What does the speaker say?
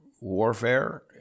warfare